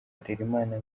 harerimana